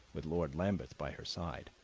with lord lambeth by her side,